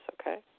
okay